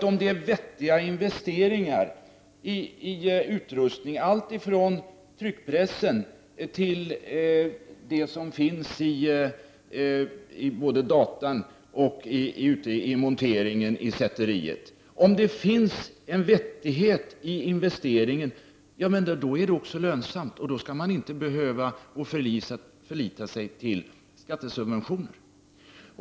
Om det är vettiga investeringar i utrustning, alltifrån tryckpressen till datan och monteringen i sätteriet, är de också lönsamma, och då skall tidningen inte behöva förlita sig på skattesubventioner.